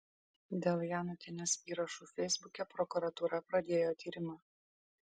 dėl janutienės įrašų feisbuke prokuratūra pradėjo tyrimą